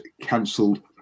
cancelled